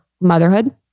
motherhood